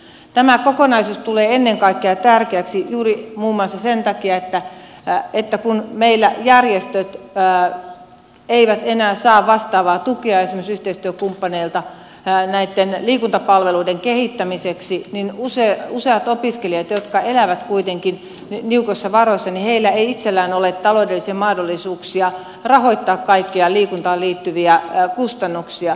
tämä kokonaisuus tulee tärkeäksi ennen kaikkea muun muassa sen takia että kun meillä järjestöt eivät enää saa vastaavaa tukea esimerkiksi yhteistyökumppaneilta näitten liikuntapalveluiden kehittämiseksi niin useilla opiskelijoilla jotka elävät kuitenkin niukoissa varoissa ei itsellään ole taloudellisia mahdollisuuksia rahoittaa kaikkia liikuntaan liittyviä kustannuksia